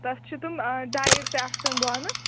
تَتھ چھِ تِم ڈایِر تہِ آسان بۅنہٕ